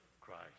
Christ